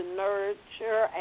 nurture